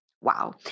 Wow